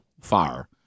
fire